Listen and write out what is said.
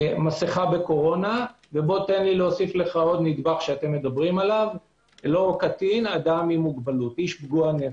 מסכה בקורונה ותן לי להוסיף לך עוד נדבך לא קטין אלא איש פגוע נפש.